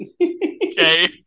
Okay